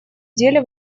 деле